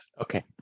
Okay